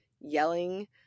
yelling